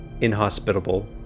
inhospitable